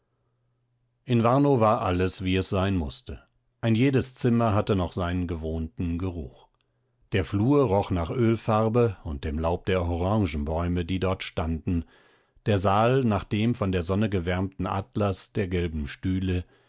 in warnow war alles wie es sein mußte ein jedes zimmer hatte noch seinen gewohnten geruch der flur roch nach ölfarbe und dem laub der orangenbäume die dort standen der saal nach dem von der sonne gewärmten atlas der gelben stühle